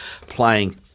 playing